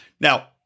Now